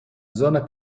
zona